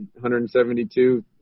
172